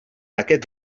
aquest